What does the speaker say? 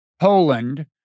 Poland